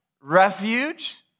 refuge